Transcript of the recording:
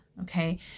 okay